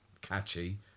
catchy